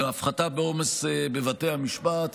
להפחתה בעומס בבתי המשפט,